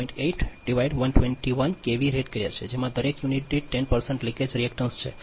8 121 કેવી રેટ કર્યા છે જેમાં દરેક યુનિટ દીઠ 10 લિકેજ રિએક્ટેન્સ છે